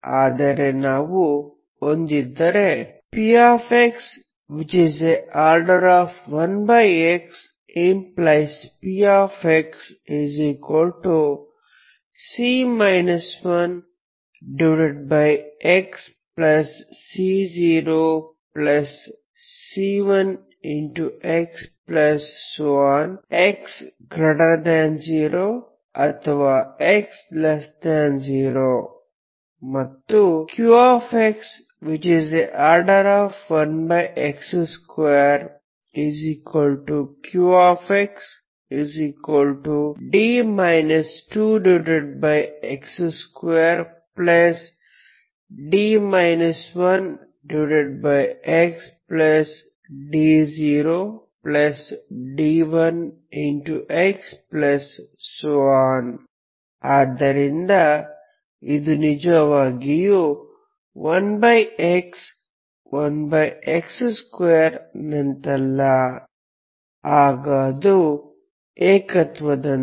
ಆದರೆ ನಾವು ಹೊಂದಿದ್ದರೆ pxO1x⟹pxc 1xc0c1x x0 ಅಥವಾ x0 ಮತ್ತು qxO1x2⟹qxd 2x2d 1xd0d1x ಆದ್ದರಿಂದ ಇದು ನಿಜವಾಗಿಯೂ 1 x 1x2 ನಂತಲ್ಲ ಆಗ ಅದು ಏಕತ್ವದಂತೆ